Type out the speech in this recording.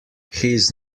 his